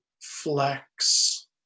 flex